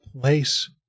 place